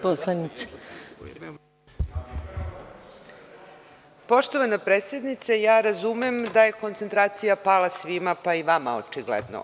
Poštovana predsednice, ja razumem da je koncentracija pala svima, pa i vama očigledno.